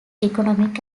economic